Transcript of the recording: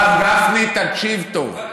הרב גפני, תקשיב טוב.